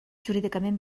jurídicament